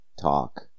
talk